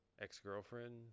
ex-girlfriend